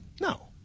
No